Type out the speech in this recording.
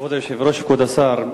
כבוד היושב-ראש, כבוד השר,